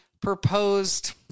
proposed